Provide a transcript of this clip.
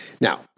Now